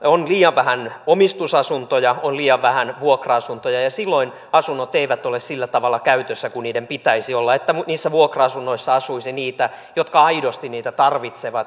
on liian vähän omistusasuntoja on liian vähän vuokra asuntoja ja silloin asunnot eivät ole sillä tavalla käytössä kuin niiden pitäisi olla että niissä vuokra asunnoissa asuisi niitä jotka aidosti niitä tarvitsevat